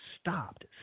stopped